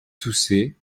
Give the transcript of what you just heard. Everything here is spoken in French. toussait